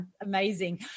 amazing